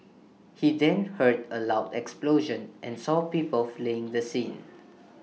he then heard A loud explosion and saw people fleeing the scene